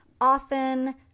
often